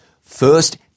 first